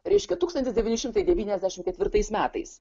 reiškia tūkstantis devyni šimtai devyniasdešimt ketvirtais metais